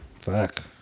Fuck